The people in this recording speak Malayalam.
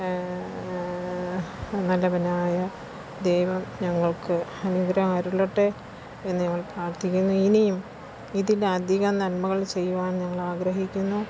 നല്ലവനായ ദൈവം ഞങ്ങൾക്ക് അനുഗ്രഹം അരുളട്ടെ എന്ന് ഞങ്ങൾ പ്രാർത്ഥിക്കുന്നു ഇനിയും ഇതിലധികം നന്മകൾ ചെയ്യുവാൻ ഞങ്ങൾ ആഗ്രഹിക്കുന്നൂ